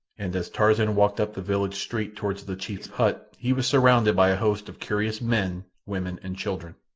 and as tarzan walked up the village street toward the chief's hut he was surrounded by a host of curious men, women, and children.